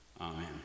Amen